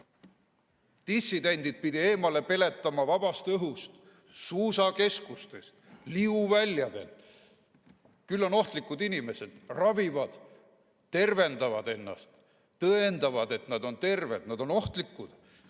Dissidendid pidi eemale peletama vabast õhust, suusakeskustest, liuväljadelt. Küll on ohtlikud inimesed! Ravivad, tervendavad ennast, tõendavad, et nad on terved – nad on ohtlikud!